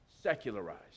secularized